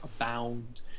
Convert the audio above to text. abound